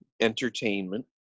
entertainment